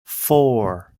four